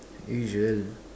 usual